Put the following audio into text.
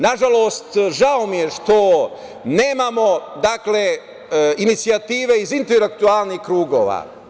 Nažalost, žao mi je što nemamo inicijative iz intelektualnih krugova.